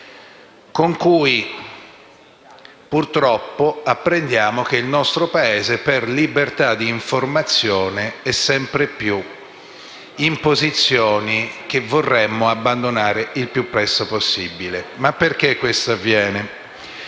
con cui purtroppo apprendiamo che il nostro Paese per libertà d'informazione è sempre più in posizioni che vorremmo abbandonare il più presto possibile. Ciò avviene